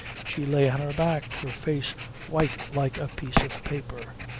she lay on her back, her face white like a piece of paper,